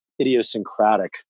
idiosyncratic